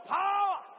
power